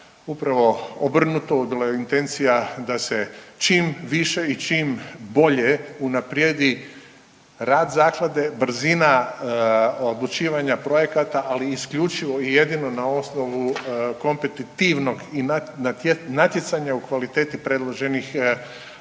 upravo obrnuto, bila je intencija da se čim više i čim bolje unaprijedi rad zaklade, brzina odlučivanja projekata ali isključivo i jedino na osnovu kompetitivnog i natjecanja u kvaliteti predloženih,